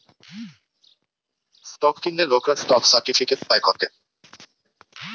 stock কিনলে লোকরা stock certificate পায় গটে